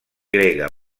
grega